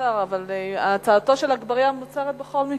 הצעתו של אגבאריה מוצהרת בכל מקרה.